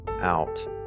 out